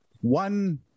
One